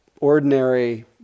ordinary